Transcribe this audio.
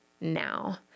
now